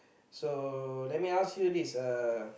so let me ask you this uh